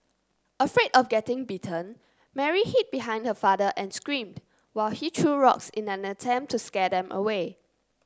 afraid of getting bitten Mary hid behind her father and screamed while he threw rocks in an attempt to scare them away